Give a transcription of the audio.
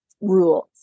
rules